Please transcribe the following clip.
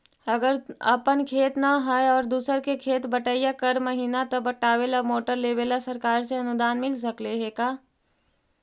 अगर अपन खेत न है और दुसर के खेत बटइया कर महिना त पटावे ल मोटर लेबे ल सरकार से अनुदान मिल सकले हे का?